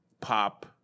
pop